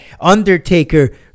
undertaker